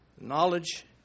Knowledge